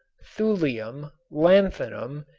thulium, lanthanum,